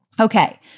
Okay